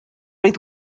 oedd